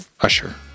Usher